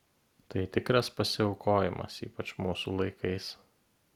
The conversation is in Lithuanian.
tai tikras pasiaukojimas ypač mūsų laikais